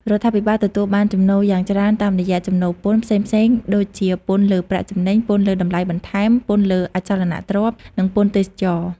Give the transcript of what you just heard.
រដ្ឋាភិបាលទទួលបានចំណូលយ៉ាងច្រើនតាមរយៈ ចំណូលពន្ធ ផ្សេងៗ ដូចជាពន្ធលើប្រាក់ចំណេញ ពន្ធលើតម្លៃបន្ថែម ពន្ធលើអចលនទ្រព្យ និងពន្ធទេសចរណ៍។